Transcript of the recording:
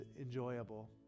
enjoyable